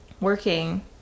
working